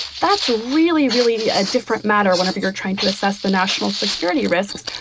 that's really, really a different matter whenever you're trying to assess the national security risks,